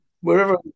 Wherever